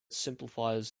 simplifies